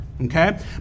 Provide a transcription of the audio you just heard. Okay